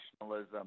nationalism